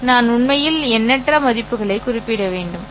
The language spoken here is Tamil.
நான் உண்மையில் எண்ணற்ற மதிப்புகளைக் குறிப்பிட வேண்டும் சரி